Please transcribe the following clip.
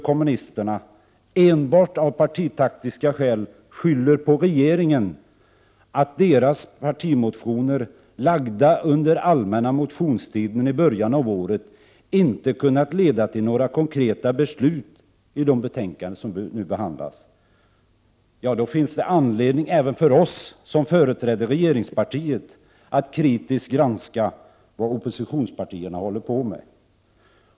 kommunisterna enbart av partitaktiska skäl skyller på regeringen att deras partimotioner, väckta under allmänna motionstiden i början av året, inte kunnat leda till några konkreta beslut i de betänkanden som nu behandlas, ja, då finns det anledning även för oss som företräder regeringspartiet att kritiskt granska vad oppositionspartierna håller på med.